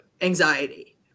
anxiety